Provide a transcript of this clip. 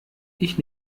ich